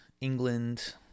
England